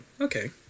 okay